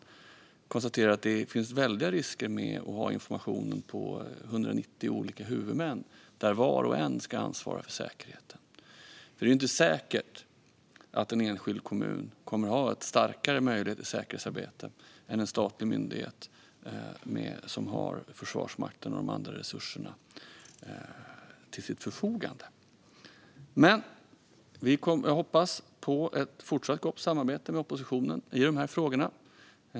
Men jag konstaterar att det finns väldiga risker med att ha informationen spridd på 190 olika huvudmän som var och en ska ansvara för säkerheten. Det är ju inte säkert att en enskild kommun kommer att ha en bättre möjlighet till säkerhetsarbete än en statlig myndighet som har Försvarsmakten och andra resurser till sitt förfogande. Jag hoppas på ett fortsatt gott samarbete med oppositionen i dessa frågor.